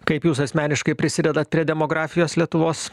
kaip jūs asmeniškai prisidedat prie demografijos lietuvos